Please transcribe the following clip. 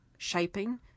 shaping